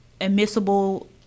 admissible